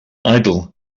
idol